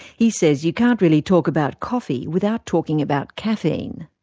he says you can't really talk about coffee without talking about caffeine.